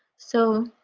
so